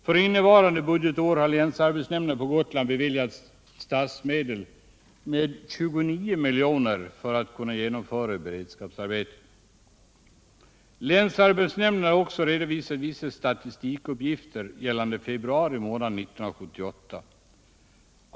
För innevarande budgetår har länsarbetsnämnden på Gotland beviljats statsmedel med 29 milj.kr. för att kunna genomföra beredskapsarbeten. Länsarbetsnämnden har också redovisat vissa statistikuppgifter gällande februari månad 1978.